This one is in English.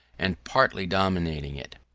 and partly dominating it.